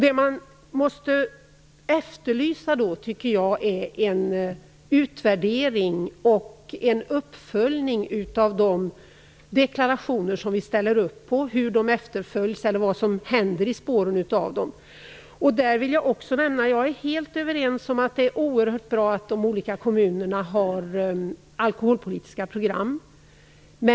Det man då måste efterlysa är en utvärdering och en uppföljning av hur de deklarationer som vi ställer upp på efterlevs och vad som händer i spåren av dem. Jag instämmer helt i att det är oerhört bra att de olika kommunerna har alkoholpolitiska program.